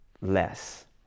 less